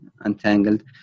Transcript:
Untangled